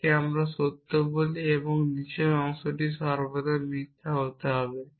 একে আমরা সত্য বলি এবং নীচের অংশটি সর্বদা মিথ্যা হতে হবে